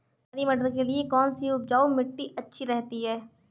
हरे मटर के लिए कौन सी उपजाऊ मिट्टी अच्छी रहती है?